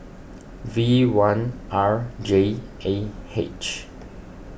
V one R J A H